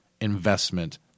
investment